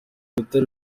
rutare